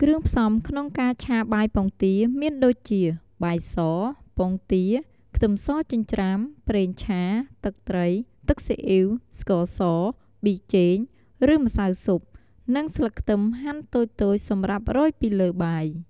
គ្រឿងផ្សំក្នុងការឆាបាយពងទាមានដូចជា បាយស ពងទា ខ្ទឹមសចិញ្ច្រាំ ប្រេងឆា ទឹកត្រី ទឹកស៊ីអ៊ីវ ស្ករស ប៊ីចេង ឬ ម្សៅស៊ុប និង ស្លឹកខ្ទឹមហាន់តូចៗសម្រាប់រោយពីលើបាយ។